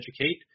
educate